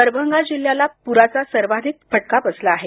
दरभंगा जिल्ह्याला पुराचा सर्वाधिक फटका बसला आहे